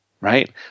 right